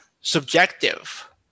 subjective